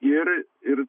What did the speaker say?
ir ir